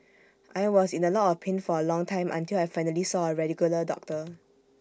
I was in A lot of pain for A long time until I finally saw A regular doctor